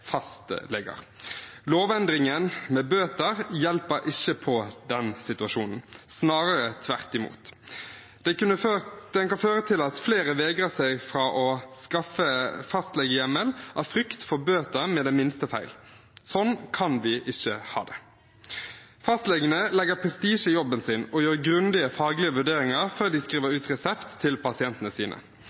Lovendringen med bøter hjelper ikke på den situasjonen. Snarere tvert imot, den kan føre til at flere vegrer seg for å skaffe fastlegehjemmel, av frykt for bøter ved den minste feil. Sånn kan vi ikke ha det. Fastlegene legger prestisje i jobben sin og gjør grundige faglige vurderinger før de skriver ut resept til pasientene sine.